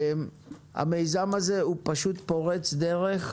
המיזם הזה הוא פשוט פורץ דרך.